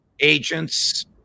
agents